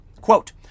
Quote